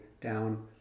down